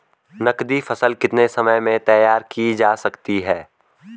नगदी फसल कितने समय में तैयार की जा सकती है?